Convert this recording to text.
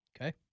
Okay